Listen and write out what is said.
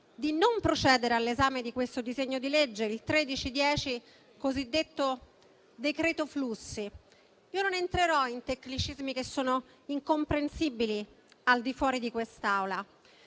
di non procedere all'esame del decreto-legge in esame, cosiddetto decreto flussi. Io non entrerò in tecnicismi che sono incomprensibili al di fuori di quest'Aula,